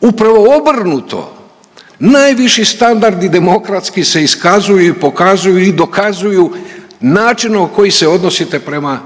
upravo obrnuto, najviši standardi demokratski se iskazuju i pokazuju i dokazuju načinom koji se odnosite prema